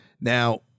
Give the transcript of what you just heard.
Now